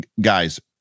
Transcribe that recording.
guys